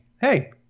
hey